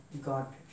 God